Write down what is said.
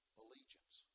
allegiance